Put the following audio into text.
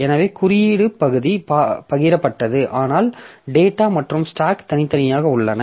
எனவே குறியீடு பகுதி பகிரப்பட்டது ஆனால் டேட்டா மற்றும் ஸ்டாக் தனித்தனியாக உள்ளன